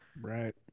right